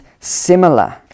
similar